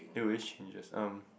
it always changes um